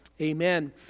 amen